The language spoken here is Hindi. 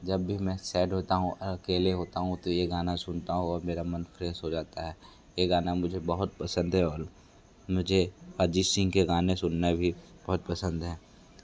जब भी मैं सैड होता हूँ अकेले होता हूँ तो ये गाना सुनता हूँ और मेरा मन फ़्रेस हो जाता है ये गाना मुझे बहुत पसंद है और मुझे अजीत सिंह के गाने सुनने भी बहुत पसंद है